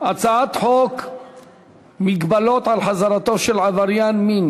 הצעת חוק מגבלות על חזרתו של עבריין מין